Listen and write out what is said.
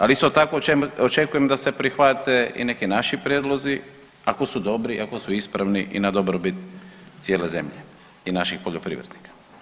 Ali isto tako očekujem da se prihvate i neki naši prijedlozi, ako su dobri, ako su ispravni i na dobrobit cijele zemlje i naših poljoprivrednika.